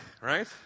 Right